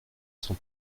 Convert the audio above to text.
son